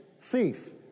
thief